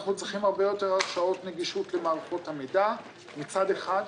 אנחנו צריכים הרבה יותר הרשאות נגישות למערכות המידע מצד אחד.